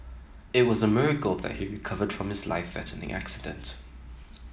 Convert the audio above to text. it was a miracle that he recovered from his life threatening accident